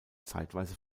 zeitweise